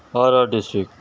Ara district